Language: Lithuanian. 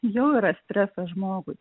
jau yra stresas žmogui